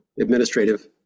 administrative